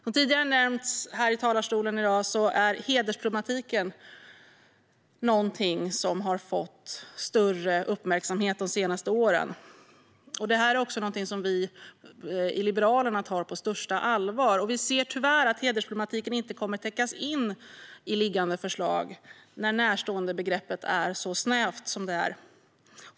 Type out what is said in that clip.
Som tidigare nämnts här i talarstolen i dag är hedersproblematiken någonting som har fått större uppmärksamhet de senaste åren. Detta är också någonting som vi i Liberalerna tar på största allvar. Vi ser tyvärr att hedersproblematiken inte kommer att täckas in i liggande förslag när närståendebegreppet är så snävt som det är.